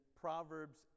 Proverbs